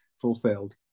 fulfilled